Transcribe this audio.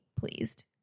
pleased